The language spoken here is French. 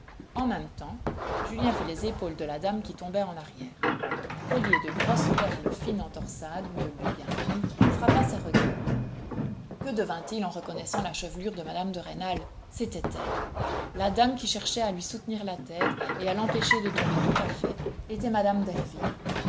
en même temps julien vit les épaules de la dame qui tombait en arrière un collier de grosses perles fines en torsade de lui bien connu frappa ses regards que devint-il en reconnaissant la chevelure de mme de rênal c'était elle la dame qui cherchait à lui soutenir la tête et à l'empêcher de tomber tout à fait était mme